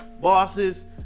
bosses